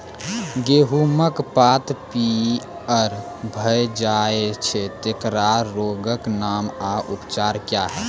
गेहूँमक पात पीअर भअ जायत छै, तेकरा रोगऽक नाम आ उपचार क्या है?